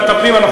ועדת הפנים.